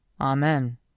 Amen